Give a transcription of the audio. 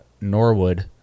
Norwood